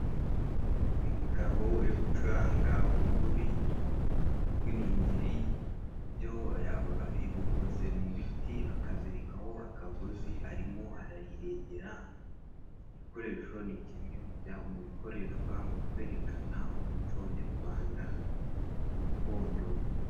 Umugabo uri gucuranga umuduri cyangwa iningiri ibyo bikoze mu biti, akazizirikaho akagozi, arimo arayiregera. Iki gikoresho ni kimwe mu bikoreshwa mu kwerekana, umuco nyarwanda gakondo.